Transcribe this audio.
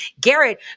Garrett